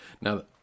now